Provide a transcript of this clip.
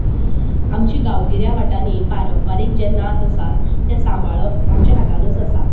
आमचीं गांवगिऱ्या वाटांनी पारंपारीक जे नाच आसात तें सांबाळप आमच्या हातानच आसा